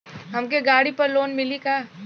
हमके गाड़ी पर लोन मिली का?